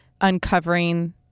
uncovering